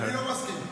אני לא מסכים.